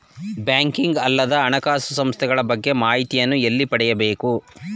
Banking ಅಲ್ಲದ ಹಣಕಾಸು ಸಂಸ್ಥೆಗಳ ಬಗ್ಗೆ ಮಾಹಿತಿಯನ್ನು ಎಲ್ಲಿ ಪಡೆಯಬೇಕು?